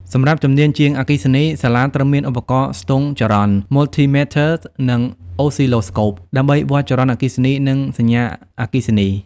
សម្រាប់ជំនាញ ជាងអគ្គិសនី សាលាត្រូវមាន ឧបករណ៍ស្ទង់ចរន្ត (Multimeters) និង អូសស៊ីឡូស្កូប (Oscilloscopes) ដើម្បីវាស់ចរន្តអគ្គិសនីនិងសញ្ញាអគ្គិសនី។